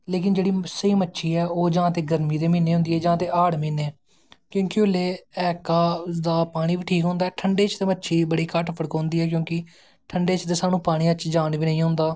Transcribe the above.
लेकिन स्हेई जेह्ड़ी मच्छी होंदी ऐ ओह् ते गर्मी च होंदी ऐ जां ते हाड़ महीनें क्योंकि उसलै ऐका दा पानी बी ठीक होंदा ठंड च मच्छी बड़ा घट्ट फड़कोंदी ऐ क्योंकि ठंड चे ते साह्नू पानी च जान बी ना होंदा